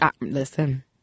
Listen